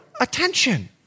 attention